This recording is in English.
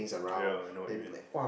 ya no even